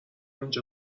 اینجا